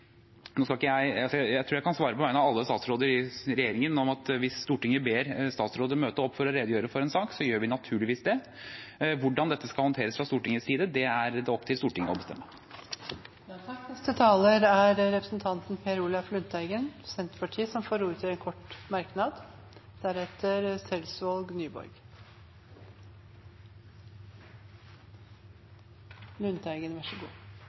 Jeg tror jeg kan svare på vegne av alle statsråder i regjeringen at hvis Stortinget ber statsråder møte opp for å redegjøre for en sak, gjør vi naturligvis det. Hvordan dette skal håndteres fra Stortingets side, er det opp til Stortinget å bestemme. Representanten Per Olaf Lundteigen har hatt ordet to ganger før og får ordet til en kort merknad,